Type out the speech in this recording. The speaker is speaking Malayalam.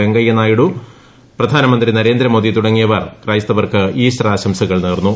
വെങ്കയ്യ നായിഡു പ്രധാനമന്ത്രി നരേന്ദ്രമോദി തുടങ്ങിയവർ ക്രൈസ്തവർക്ക് ഈസ്റ്റർ ആശംസകൾ നേർന്നു